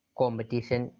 competition